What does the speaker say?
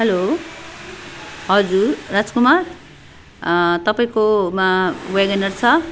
hello हजुर राजकुमार तपाईँकोमा WagonR छ